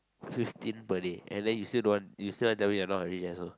fifteen per day and then you still don't want you still want to tell me you are not rich asshole